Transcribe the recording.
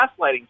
gaslighting